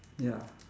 ya